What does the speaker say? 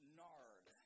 nard